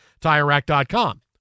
TireRack.com